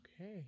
Okay